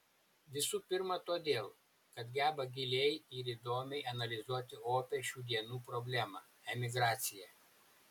visų pirma todėl kad geba giliai ir įdomiai analizuoti opią šių dienų problemą emigraciją